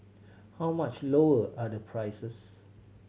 how much lower are the prices